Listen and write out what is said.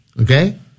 Okay